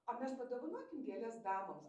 a mes padovanokim gėles damoms